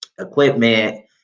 equipment